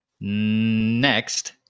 Next